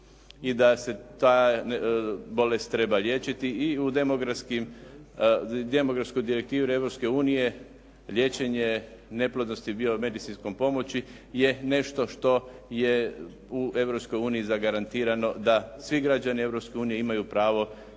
i da se ta bolest treba liječiti i u Demografskoj direktivi Europske unije liječenje neplodnosti biomedicinskom pomoći je nešto što je u Europskoj uniji zagarantirano da svi građani Europske